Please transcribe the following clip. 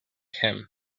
him